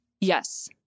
Yes